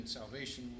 salvation